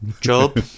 job